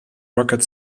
rocket